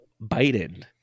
Biden